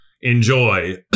enjoy